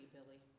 Billy